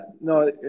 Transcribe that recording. no